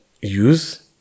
use